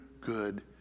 good